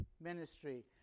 ministry